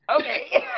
okay